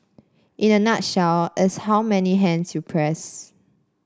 in a nutshell it's how many hands you press